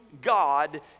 God